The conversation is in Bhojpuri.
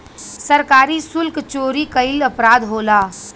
सरकारी सुल्क चोरी कईल अपराध होला